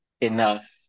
enough